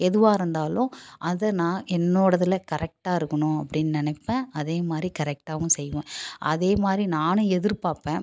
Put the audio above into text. எதுவாக இருந்தாலும் அதை நான் என்னோடதில் கரெக்டாக இருக்கணும் அப்படின்னு நினைப்பேன் அதே மாதிரி கரெக்டாகவும் செய்வேன் அதே மாதிரி நானும் எதிர்பார்ப்பேன்